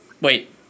Wait